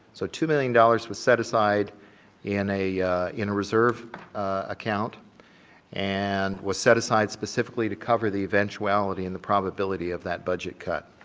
so two million dollars was set aside in a in a reserve account and was set aside specifically to cover the eventuality and the probability of the budget cut.